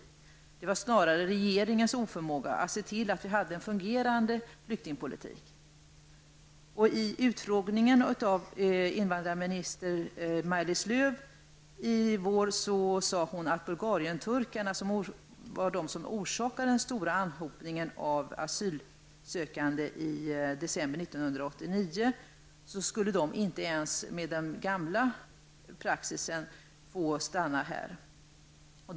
Det var snarare regeringens oförmåga att se till att vi hade en fungerande flyktingpolitik. I utfrågningen av invandrarminister Maj-Lis Lööw i våras sade hon att Bulgarienturkarna, som var de som orsakade den stora anhopningen av asylsökande i december 1989, inte ens med den gamla praxisen skulle ha fått stanna i Sverige.